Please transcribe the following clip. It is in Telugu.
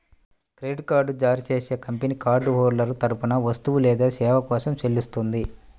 క్రెడిట్ కార్డ్ జారీ చేసే కంపెనీ కార్డ్ హోల్డర్ తరపున వస్తువు లేదా సేవ కోసం చెల్లిస్తుంది